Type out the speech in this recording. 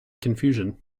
confusion